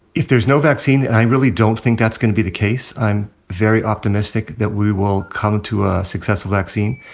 if there's no vaccine and i really don't think that's gonna be the case. i'm very optimistic that we will come to a successful vaccine.